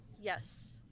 yes